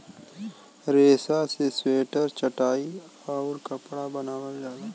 रेसा से स्वेटर चटाई आउउर कपड़ा बनावल जाला